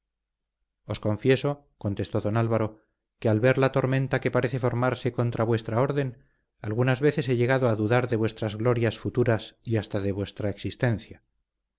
os confieso contestó don álvaro que al ver la tormenta que parece formarse contra vuestra orden algunas veces he llegado a dudar de vuestras glorias futuras y hasta de vuestra existencia